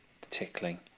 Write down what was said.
tickling